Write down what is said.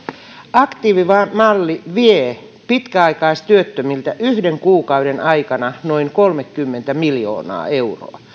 aktiivimalli vie pitkäaikaistyöttömiltä yhden kuukauden aikana noin kolmekymmentä miljoonaa euroa